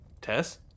Tess